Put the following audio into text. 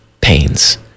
pains